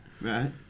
Right